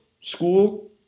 school